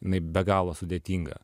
inai be galo sudėtinga